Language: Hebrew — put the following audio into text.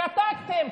שתקתם.